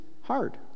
hard